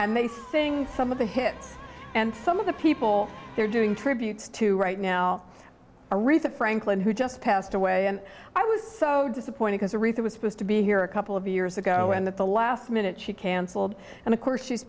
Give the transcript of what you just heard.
and they sing some of the hits and some of the people they're doing tributes to right now aretha franklin who just passed away and i was so disappointed as a wreath was supposed to be here a couple of years ago and that the last minute she canceled and of course she's